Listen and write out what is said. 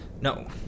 No